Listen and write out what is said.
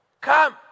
Come